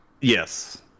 Yes